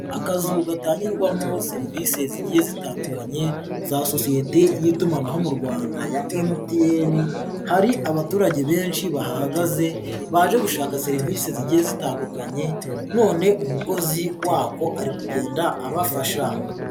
Akazu gatangirwamo serivisi zigiye zitandukanye za sosiyete y'itumanaho mu Rwanda ya MTN, hari abaturage benshi bahagaze baje gushaka serivisi zigiye zitandukanye, none umukozi wako ari kugenda abafasha.